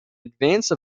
advance